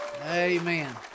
Amen